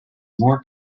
more